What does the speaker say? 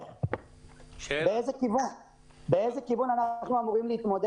באיזה כיוון אנחנו אמורים ללכת?